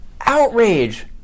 Outrage